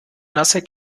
nasse